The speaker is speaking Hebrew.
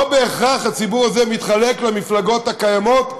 לא בהכרח הציבור הזה מתחלק למפלגות הקיימות,